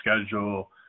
schedule